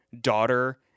daughter